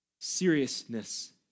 seriousness